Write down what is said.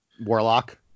warlock